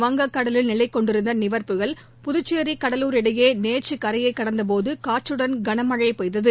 வங்கக்கடலில் நிலை கொண்டிருந்த நிவர் புயல் புதுச்சேரி கடலூர் இடையே நேற்று கரையை கடந்தபோது காற்றுடன் கனமழை பெய்தது